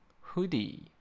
Hoodie